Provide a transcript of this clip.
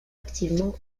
activement